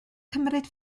cymryd